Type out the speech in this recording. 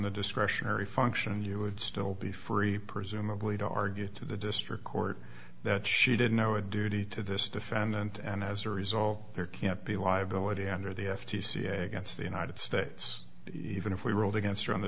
the discretionary function you would still be free presumably to argue to the district court that she didn't know a duty to this defendant and as a result there can't be liability under the f t c against the united states even if we ruled against her on the